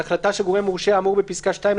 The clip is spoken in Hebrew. על החלטה של גורם מורשה האמור ב פסקה (2)